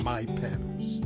MyPems